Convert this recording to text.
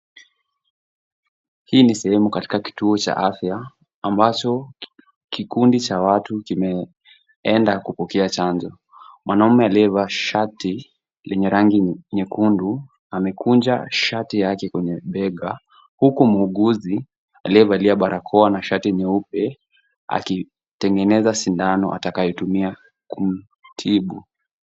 Hii ni sehemu katika kituo cha afya ambacho kikundi cha watu, kimeenda kupokea chanjo. Mwanaume aliyevaa shati lenye rangi nyekundu amekunja shati yake kwenye bega, huku muuguzi aliyevalia barakoa na shati nyeupe akitengeneza sindano atakayotumia kumtibu.